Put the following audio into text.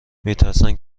میترسند